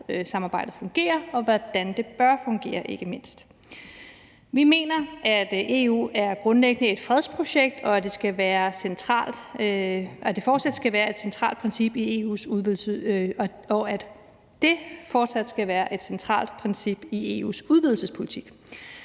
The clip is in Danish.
EU-samarbejdet fungerer, og hvordan det bør fungere, ikke mindst. Vi mener, at EU grundlæggende er et fredsprojekt, og at det fortsat skal være et centralt princip i EU’s udvidelsespolitik.